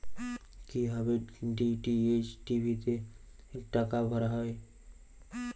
কি ভাবে DTH TV তে টাকা ভরা হয়?